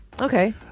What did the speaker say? Okay